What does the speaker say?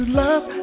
love